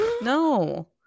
no